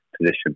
position